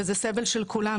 וזה סבל של כולנו,